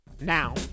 Now